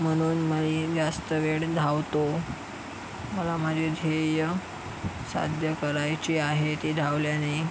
म्हणून मी जास्त वेळ धावतो मला माझे ध्येय साध्य करायचे आहे ते धावल्याने